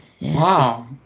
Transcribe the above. Wow